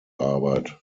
arbeit